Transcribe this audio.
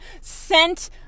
sent